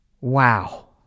Wow